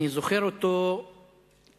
אני זוכר אותו כאיש